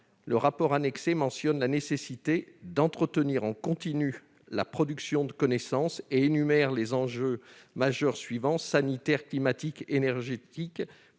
le rapport annexé mentionne la nécessité d'entretenir en continu la production de connaissances et énumère les enjeux essentiels : sanitaire, climatique, énergétique